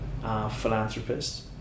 philanthropists